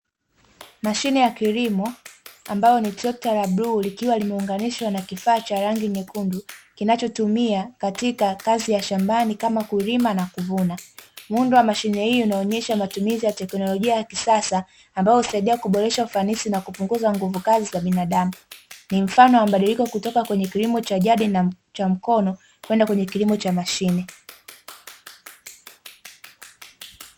Mashine ya kilimo ambayo ni trekta la bluu; likiwa limeunganishwa na kifaa cha rangi nyekundu, kinachotumiwa katika kazi za shambani kama kulima na kuvuna. Muundo wa mashine hii unaonyesha matumizi ya teknolojia ya kisasa; ambayo husaidia kuboresha ufanisi na kupunguza nguvukazi za binadamu. Ni mfano wa mabadiliko kutoka kwenye kilimo cha jadi na cha mkono, kwenda kwenye kilimo cha mashine.